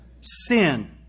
sin